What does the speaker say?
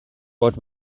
what